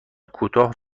کوتاه